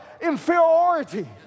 inferiority